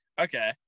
Okay